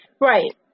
right